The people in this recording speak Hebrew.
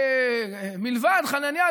מלבד חנניה,